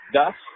Thus